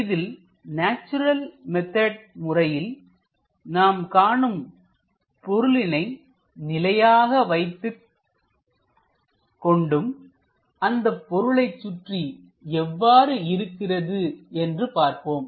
இதில் natural method முறையில் நாம் காணும் பொருளினை நிலையாக வைத்துக் கொண்டும் அந்த பொருளை சுற்றிப் எவ்வாறு இருக்கிறது என்று பார்ப்போம்